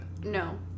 No